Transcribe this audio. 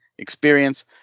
Experience